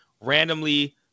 Randomly